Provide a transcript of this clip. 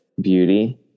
beauty